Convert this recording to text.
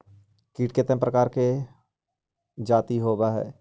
कीट कीतने प्रकार के जाती होबहय?